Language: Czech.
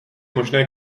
možné